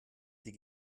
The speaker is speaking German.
die